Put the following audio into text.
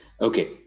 okay